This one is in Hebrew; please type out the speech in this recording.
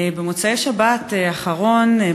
במוצאי השבת האחרונה,